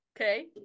okay